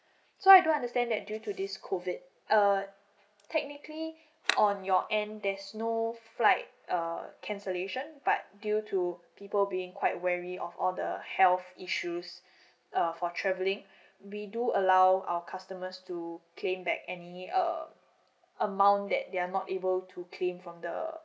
so I do understand that due to this COVID err technically on your end there's no flight uh cancellation but due to people being quite weary of all the health issues uh for travelling we do allow our customers to claim back any uh amount that they are not able to claim from the